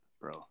bro